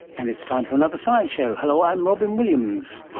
and it's time for another science show. hello, i'm robyn williams.